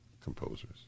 composers